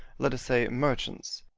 let us say, merchants.